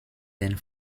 den